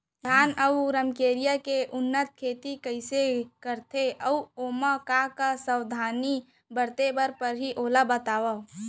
धान अऊ रमकेरिया के उन्नत खेती कइसे करथे अऊ ओमा का का सावधानी बरते बर परहि ओला बतावव?